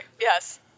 yes